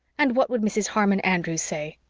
and what would mrs. harmon andrews say?